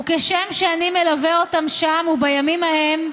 וכשם שאני מלווה אותם שם ובימים ההם,